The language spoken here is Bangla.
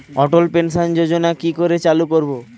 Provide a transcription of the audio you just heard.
অটল পেনশন যোজনার কি করে চালু করব?